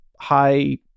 high